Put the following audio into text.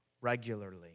regularly